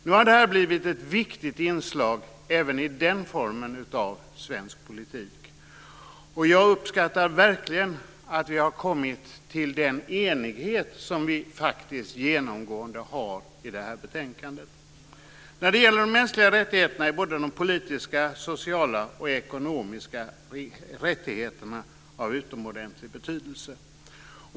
Nu har det här blivit ett viktigt inslag även i den formen av svensk politik, och jag uppskattar verkligen att vi har kommit fram till den enighet som vi faktiskt genomgående har i det här betänkandet. När det gäller de mänskliga rättigheterna är de politiska, sociala och ekonomiska rättigheterna av utomordentlig betydelse.